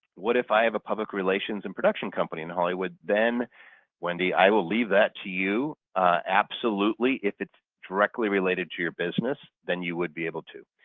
what if i have a public relations and production company in hollywood? then wendy i will leave that to you absolutely if it's directly related to your business then you would be able to.